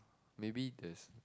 maybe there's